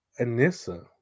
Anissa